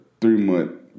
three-month